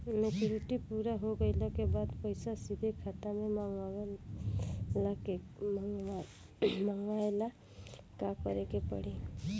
Maturity पूरा हो गइला के बाद पईसा सीधे खाता में मँगवाए ला का करे के पड़ी?